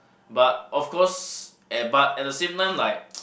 but of course at but at the same time like